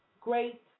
great